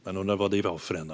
Man undrar vad det var för ena.